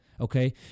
okay